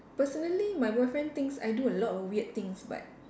personally my boyfriend thinks I do a lot of weird things but